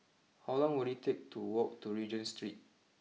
how long will it take to walk to Regent Street